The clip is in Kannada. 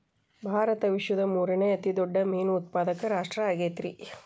ಭಾರತ ವಿಶ್ವದ ಮೂರನೇ ಅತಿ ದೊಡ್ಡ ಮೇನು ಉತ್ಪಾದಕ ರಾಷ್ಟ್ರ ಆಗೈತ್ರಿ